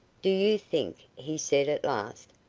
do you think, he said at last,